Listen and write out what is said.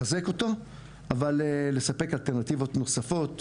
לחזק אותו אבל לספק אלטרנטיבות נוספות